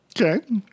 Okay